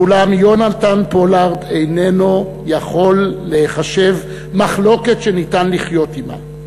אולם יהונתן פולארד איננו יכול להיחשב מחלוקת שאפשר לחיות עמה.